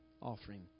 offering